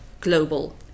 global